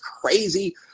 crazy